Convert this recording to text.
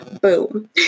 boom